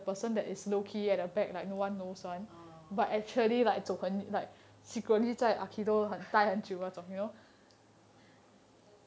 orh